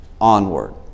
onward